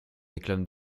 réclame